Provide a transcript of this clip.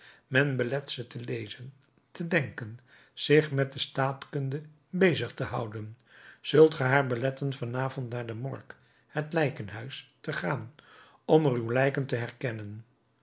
men belet ze te lezen te denken zich met de staatkunde bezig te houden zult ge haar beletten van avond naar de morgue het lijkenhuis te gaan om er uw lijken te herkennen